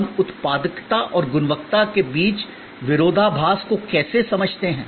हम उत्पादकता और गुणवत्ता के बीच विरोधाभास को कैसे समझते हैं